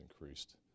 increased